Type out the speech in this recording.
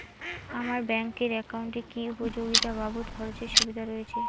আমার ব্যাংক এর একাউন্টে কি উপযোগিতা বাবদ খরচের সুবিধা রয়েছে?